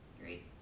Great